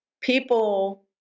people